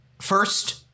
First